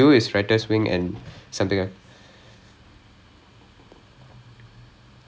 ya so I am considered responsible for all writer's tag and band